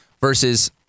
versus